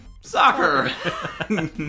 soccer